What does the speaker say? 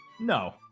No